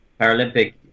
Paralympic